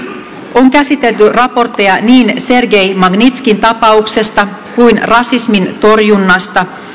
on käsitelty raportteja niin sergei magnitskin tapauksesta kuin rasismin torjunnasta